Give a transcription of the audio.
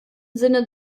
sinne